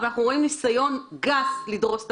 אבל אנחנו רואים ניסיון גס לדרוס את